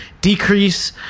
decrease